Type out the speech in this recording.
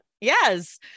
yes